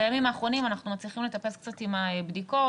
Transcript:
בימים האחרונים אנחנו מצליחים לטפס קצת עם כמות הבדיקות.